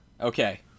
Okay